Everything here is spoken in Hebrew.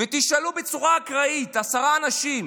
ותשאלו בצורה אקראית עשרה אנשים